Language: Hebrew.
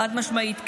חד-משמעית כן.